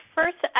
First